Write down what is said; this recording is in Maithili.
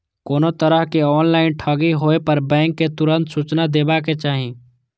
कोनो तरहक ऑनलाइन ठगी होय पर बैंक कें तुरंत सूचना देबाक चाही